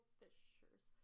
fishers